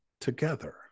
together